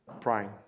praying